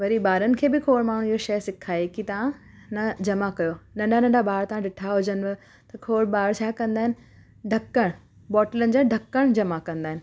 वरी ॿारनि खे बि खोड़ माण्हुनि इयो शइ सिखाई की तव्हां न जमा कयो नंढा नंढा ॿार तव्हां ॾिठा हुजनिव त खोड़ ॿार छा कंदा आहिनि ढकण बोटलनि जा ढकण जमा कंदा आहिनि